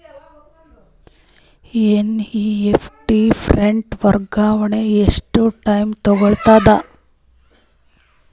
NEFT fund ವರ್ಗಾವಣೆ ಎಷ್ಟ time ತೋಗೊತದ?